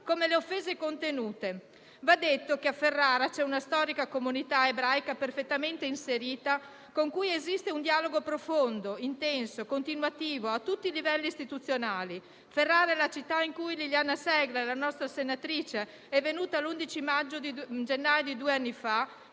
sono le offese contenute. Va detto che a Ferrara c'è una storica comunità ebraica, perfettamente inserita, con cui esiste un dialogo profondo, intenso e continuativo a tutti i livelli istituzionali. Ferrara è la città in cui la nostra senatrice Liliana Segre è venuta,